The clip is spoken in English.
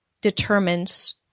determines